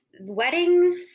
weddings